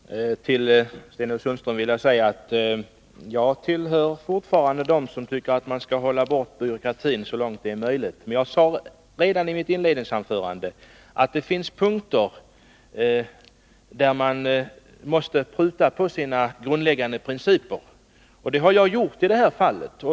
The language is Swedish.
Herr talman! Till Sten-Ove Sundström vill jag säga: Jag tillhör fortfarande dem som tycker att vi skall hålla borta byråkratin så långt det är möjligt. Men jag sade redan i mitt inledande anförande att det finns punkter där man måste pruta på sina grundläggande principer. Och det har jag gjort i det här fallet.